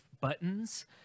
buttons